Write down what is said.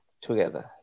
together